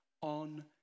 on